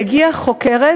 הגיעה חוקרת,